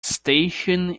station